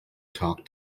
talk